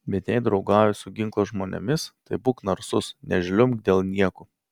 bet jei draugauji su ginklo žmonėmis tai būk narsus nežliumbk dėl niekų